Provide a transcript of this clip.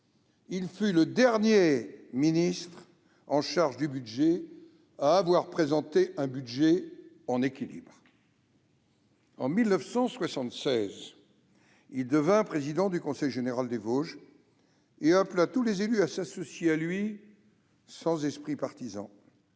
Il fut le dernier ministre chargé du budget à avoir présenté un budget en équilibre ! En 1976, il devint président du conseil général des Vosges et appela tous les élus à s'associer à lui, sans esprit partisan.